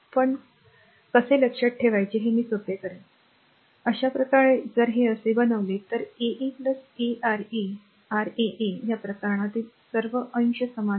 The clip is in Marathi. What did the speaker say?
पण कसे लक्षात ठेवायचे ते मी सोपे करीन अशाप्रकारे जर ते असे बनवले तर a a a R a R a a या प्रकरणातील सर्व अंश संख्या समान आहे